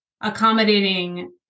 accommodating